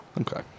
Okay